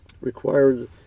required